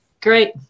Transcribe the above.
Great